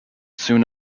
soon